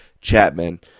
Chapman